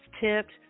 tipped